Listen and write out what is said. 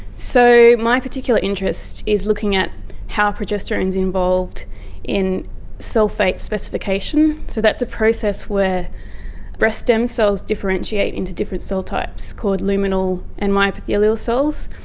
so my particular interest is looking at how progesterone is involved in cell fate specification. so that's a process where breast stem cells differentiate into different cell types called luminal and myoepithelial cells.